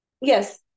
Yes